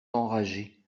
enragés